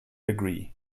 agree